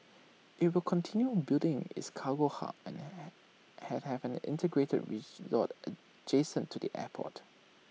IT will continue building its cargo hub and had have an integrated resort adjacent to the airport